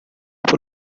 por